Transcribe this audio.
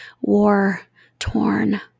war-torn